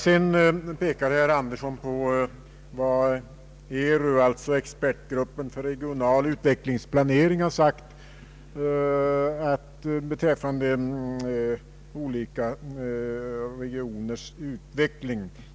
Sedan pekade herr Andersson på vad ERU, alltså expertgruppen för regional utvecklingsplanering, har sagt beträffande olika regioners utveckling.